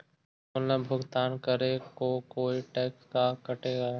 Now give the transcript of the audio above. Online भुगतान करे को कोई टैक्स का कटेगा?